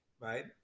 right